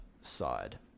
side